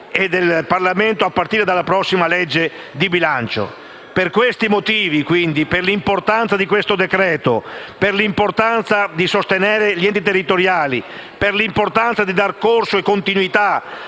e del Parlamento, a partire dalla prossima legge di bilancio. Per questi motivi, quindi, per l'importanza del decreto-legge in esame, per l'importanza di sostenere gli enti territoriali, per l'importanza di dare corso e continuità